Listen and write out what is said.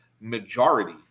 majority